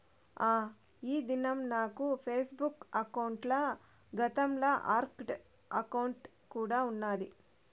ఆ, ఈ దినం నాకు ఒక ఫేస్బుక్ బుక్ అకౌంటల, గతంల ఆర్కుట్ అకౌంటు కూడా ఉన్నాది